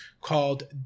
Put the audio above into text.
called